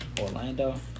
Orlando